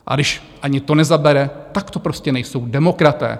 A když ani to nezabere, tak to prostě nejsou demokraté.